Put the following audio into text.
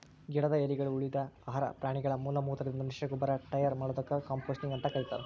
ಗಿಡದ ಎಲಿಗಳು, ಉಳಿದ ಆಹಾರ ಪ್ರಾಣಿಗಳ ಮಲಮೂತ್ರದಿಂದ ಮಿಶ್ರಗೊಬ್ಬರ ಟಯರ್ ಮಾಡೋದಕ್ಕ ಕಾಂಪೋಸ್ಟಿಂಗ್ ಅಂತ ಕರೇತಾರ